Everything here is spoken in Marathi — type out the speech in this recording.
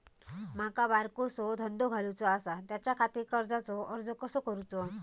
माका बारकोसो धंदो घालुचो आसा त्याच्याखाती कर्जाचो अर्ज कसो करूचो?